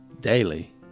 daily